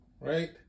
right